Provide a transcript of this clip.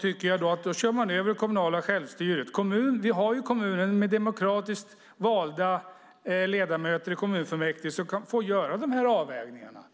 tycker jag att man kör över det kommunala självstyret. Vi har ju kommuner med demokratiskt valda ledamöter i kommunfullmäktige som får göra de här avvägningarna.